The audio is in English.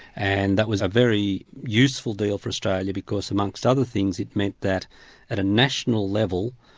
and that was a very useful deal for australia because amongst other things, it meant that at a national level,